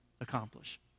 accomplish